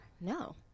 No